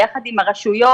ביחד עם הרשויות,